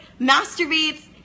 masturbates